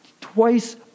twice